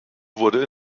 wurde